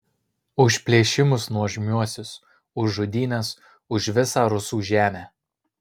už plėšimus nuožmiuosius už žudynes už visą rusų žemę